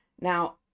Now